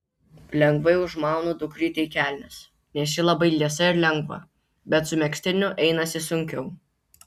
lengvai užmaunu dukrytei kelnes nes ji labai liesa ir lengva bet su megztiniu einasi sunkiau